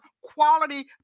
quality